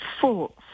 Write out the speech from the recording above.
full